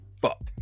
Fuck